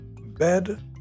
bed